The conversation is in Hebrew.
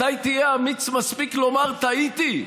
מתי תהיה אמיץ מספיק לומר: טעיתי?